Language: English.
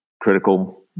critical